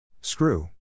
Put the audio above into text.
Screw